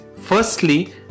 firstly